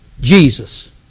Jesus